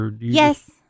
Yes